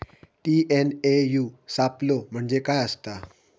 TNAU सापलो म्हणजे काय असतां?